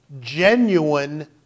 genuine